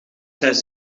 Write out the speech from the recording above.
reis